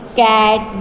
cat